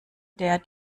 der